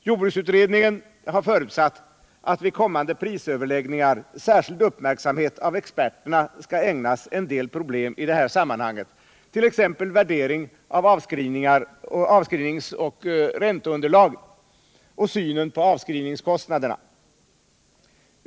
Jordbruksutredningen har förutsatt att experterna vid kommande prisöverläggningar skall ägna särskild uppmärksamhet åt en del problem i detta sammanhang, t.ex. värdering av avskrivningsoch ränteunderlag och synen på avskrivningskostnaderna.